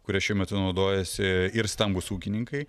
kuria šiuo metu naudojasi ir stambūs ūkininkai